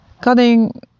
Cutting